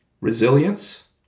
Resilience